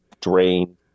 drain